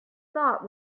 thought